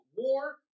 war